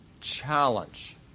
challenge